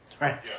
Right